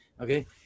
okay